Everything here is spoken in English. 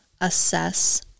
assess